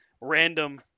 random